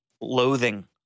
loathing